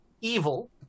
evil